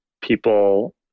people